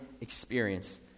experience